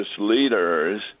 leaders